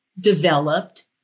developed